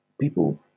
people